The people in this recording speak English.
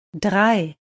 drei